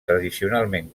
tradicionalment